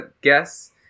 guess